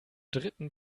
dritten